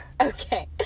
okay